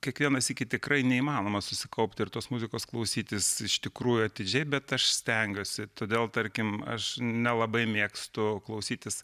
kiekvieną sykį tikrai neįmanoma susikaupti ir tos muzikos klausytis iš tikrųjų atidžiai bet aš stengiuosi todėl tarkim aš nelabai mėgstu klausytis